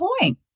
point